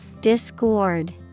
Discord